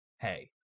hey